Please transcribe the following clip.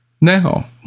Now